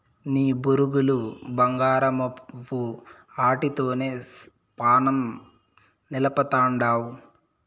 నీ బొరుగులు బంగారమవ్వు, ఆటితోనే పానం నిలపతండావ్